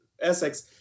essex